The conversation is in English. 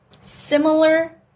similar